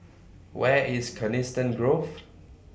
Where IS Coniston Grove